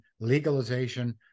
legalization